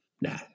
No